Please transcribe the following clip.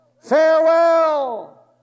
Farewell